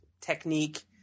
technique